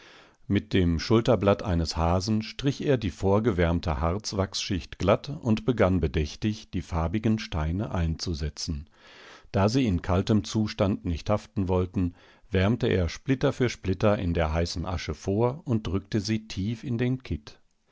mit dem schulterblatt eines hasen strich er die vorgewärmte harzwachsschicht glatt und begann bedächtig die farbigen steine einzusetzen da sie in kaltem zustand nicht haften wollten wärmte er splitter für splitter in der heißen asche vor und drückte sie tief in den kitt